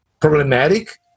problematic